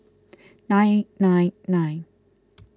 nine nine nine